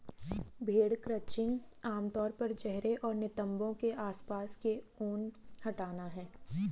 भेड़ क्रचिंग आम तौर पर चेहरे और नितंबों के आसपास से ऊन हटाना है